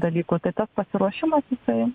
dalykų tai tas pasiruošimas jisai